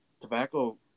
tobacco